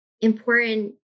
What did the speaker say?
important